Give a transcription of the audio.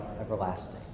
everlasting